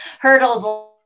hurdles